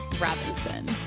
robinson